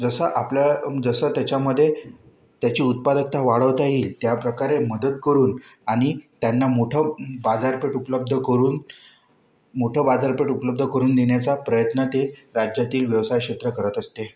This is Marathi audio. जसा आपल्या जसं त्याच्यामध्ये त्याची उत्पादकता वाढवता येईल त्या प्रकारे मदत करून आणि त्यांना मोठं बाजारपेठ उपलब्ध करून मोठं बाजारपेठ उपलब्ध करून देण्याचा प्रयत्न ते राज्यातील व्यवसाय क्षेत्र करत असते